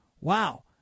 Wow